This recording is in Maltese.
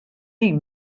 tim